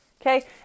okay